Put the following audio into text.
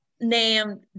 Named